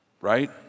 right